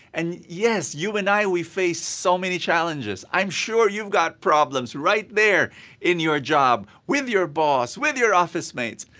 and yes, you and i we faced so many challenges. i'm sure you've got problems right there in your job with your boss, with your office mates.